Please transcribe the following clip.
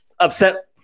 upset